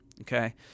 Okay